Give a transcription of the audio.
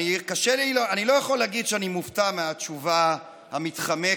אני לא יכול להגיד שאני מופתע מהתשובה המתחמקת